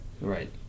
Right